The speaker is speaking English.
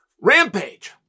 Rampage